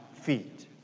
feet